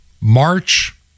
March